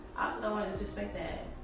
don't wanna disrespect that.